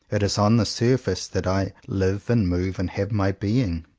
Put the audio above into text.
it is on the surface that i live and move and have my being.